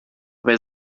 aber